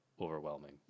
overwhelming